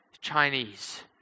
Chinese